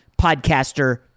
podcaster